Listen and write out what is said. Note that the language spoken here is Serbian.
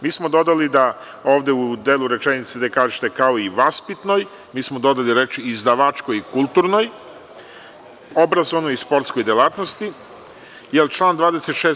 Mi smo u delu rečenice gde kažete: „kao i vaspitnoj“ dodali reči: „izdavačkoj i kulturnoj, obrazovnoj i sportskoj delatnosti“, jer član 26.